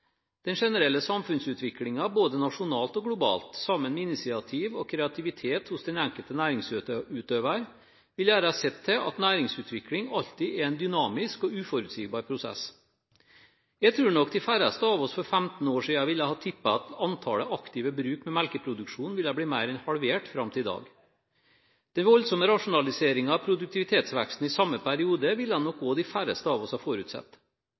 Den generelle samfunnsutviklingen både nasjonalt og globalt, sammen med initiativ og kreativitet hos den enkelte næringsutøver, vil gjøre sitt til at næringsutvikling alltid er en dynamisk og uforutsigbar prosess. Jeg tror nok de færreste av oss for 15 år siden ville ha tippet at antallet aktive bruk med melkeproduksjon ville bli mer enn halvert fram til i dag. Den voldsomme rasjonaliseringen og produktivitetsveksten i samme periode ville nok også de færreste av oss ha forutsett.